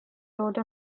wrote